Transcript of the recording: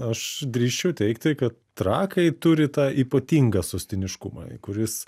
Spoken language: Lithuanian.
aš drįsčiau teigti kad trakai turi tą ypatingą sostiniškumą kuris